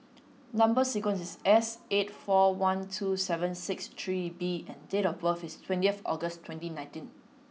number sequence is S eight four one two seven six three B and date of birth is twentieth August twenty nineteen